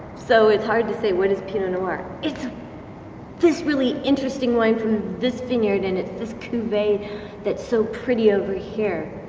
so it's hard to say what is pinot noir? its this really interesting wine from this vineyards and it's this cuvee that's so pretty over here.